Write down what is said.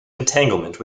entanglement